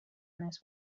this